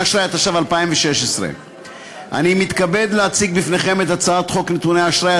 אני מתכבד להציג בפניכם את הצעת חוק נתוני אשראי,